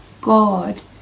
God